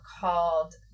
called